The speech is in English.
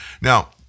Now